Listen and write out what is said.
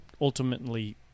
ultimately